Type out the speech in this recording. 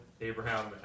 Abraham